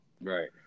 Right